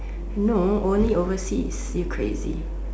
no only overseas you crazy